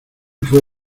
fué